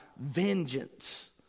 vengeance